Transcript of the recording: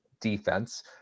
defense